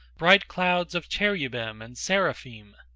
bright clouds of cherubim and seraphim,